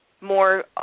more